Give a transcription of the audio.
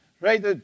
Right